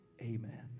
Amen